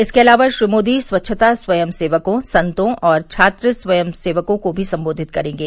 इसके अलावा श्री मोदी स्वच्छता स्वयं सेवकों संतो और छात्र स्वयं सेवकों को भी संबोधित करेंगे